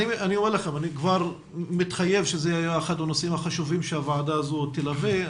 אני כבר מתחייב שזה יהיה אחד הנושאים החשובים שהוועדה הזאת תלווה.